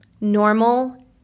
Normal